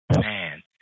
Man